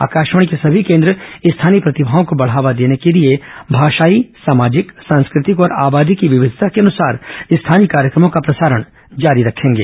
आकाशवाणी के सभी केन्द्र स्थानीय प्रतिभाओं को बढ़ावा देने के लिए भाषायी सामाजिक सांस्कृतिक और आबादी की विविधता के अनुसार स्थानीय कार्यक्रमों का प्रसारण जारी रखेंगे